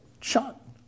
shot